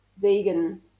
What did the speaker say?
vegan